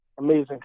amazing